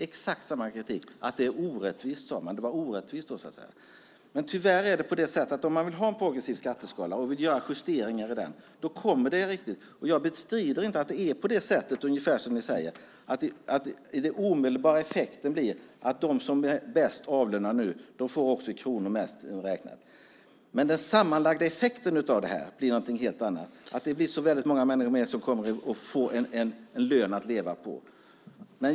Det är orättvist, sade man. Men tyvärr är det på det sättet om man vill ha en progressiv skatteskala och vill göra justeringar i den. Jag bestrider inte att det är ungefär som ni säger, att den omedelbara effekten blir att de som är bäst avlönade också får mest i kronor. Men den sammanlagda effekten av det här blir någonting helt annat. Det blir många fler människor som kommer att få en lön att leva på.